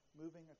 moving